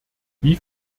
wie